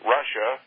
Russia